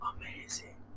amazing